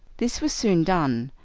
this was soon done,